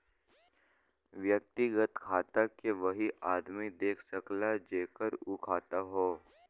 व्यक्तिगत खाता के वही आदमी देख सकला जेकर उ खाता हौ